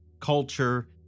culture